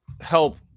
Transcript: help